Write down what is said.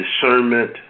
discernment